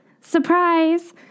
Surprise